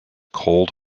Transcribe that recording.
cold